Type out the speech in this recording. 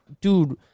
dude